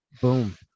Boom